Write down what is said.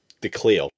declare